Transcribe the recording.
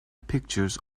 pictures